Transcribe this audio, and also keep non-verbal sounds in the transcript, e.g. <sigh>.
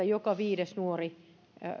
<unintelligible> joka viides nuori